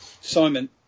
Simon